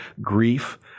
grief